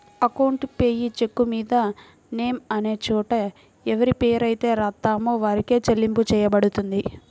account payee చెక్కుమీద name అనే చోట ఎవరిపేరైతే రాత్తామో వారికే చెల్లింపు చెయ్యబడుతుంది